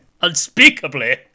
unspeakably